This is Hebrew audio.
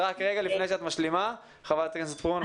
לפני שאת משלימה, חברת הכנסת פרומן.